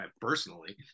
personally